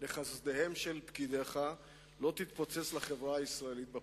לחסדיהם של פקידיך לא תתפוצץ לחברה הישראלית בפרצוף?